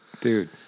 Dude